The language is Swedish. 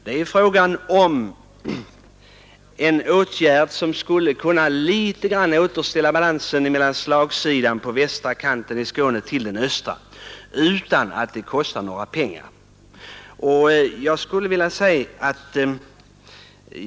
Det rör sig om en åtgärd som, utan att det skulle kosta några pengar, skulle kunna bidra till att något förbättra balansen mellan den västra kanten av Skåne och den östra — att häva den slagsida som vi här har fått.